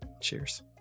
Cheers